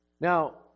Now